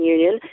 Union